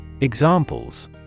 Examples